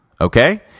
okay